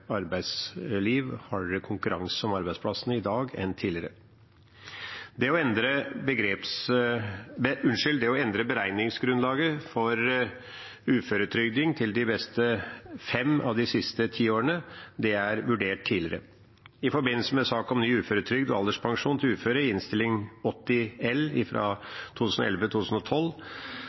Det er hardere konkurranse om arbeidsplassene enn tidligere. Det å endre beregningsgrunnlaget for uføretrygd til de beste fem årene av de siste ti årene, er blitt vurdert tidligere. I forbindelse med saken om ny uføretrygd og alderspensjon til uføre, Innst. 80 L